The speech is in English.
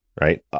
right